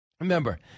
Remember